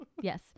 yes